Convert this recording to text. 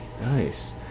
nice